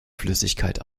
flüssigkeit